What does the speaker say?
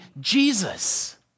Jesus